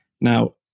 Now